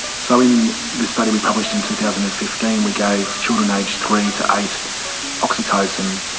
so in this study we published in two thousand and fifteen we gave children aged three to eight oxytocin,